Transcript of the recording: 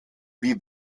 wie